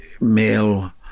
male